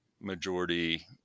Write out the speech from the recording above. majority